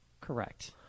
Correct